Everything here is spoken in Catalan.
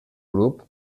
grup